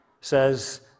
says